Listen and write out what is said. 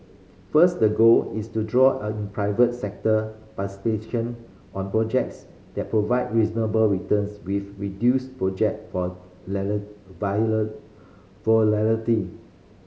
first the goal is to draw an private sector participation on projects that provide reasonable returns with reduced project volatility